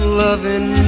loving